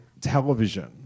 television